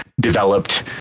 developed